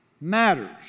matters